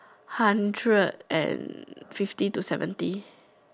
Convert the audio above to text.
hundred and fifty to seventy